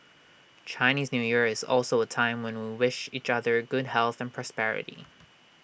Chinese New Year is also A time when we wish each other good health and prosperity